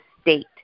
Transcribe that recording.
state